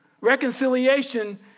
Reconciliation